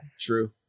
true